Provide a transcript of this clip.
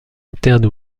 interne